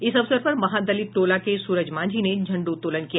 इस अवसर पर महादलित टोला के सूरज मांझी ने झंडोतोलन किया